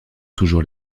toujours